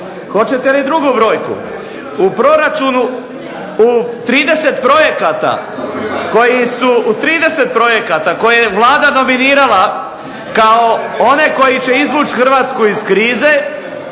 /Buka u dvorani./… U 30 projekata koje je Vlada dominirala kao one koji će izvući Hrvatsku iz krize